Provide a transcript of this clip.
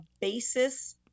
basis